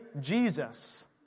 Jesus